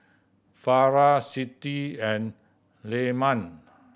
Farah Siti and Leman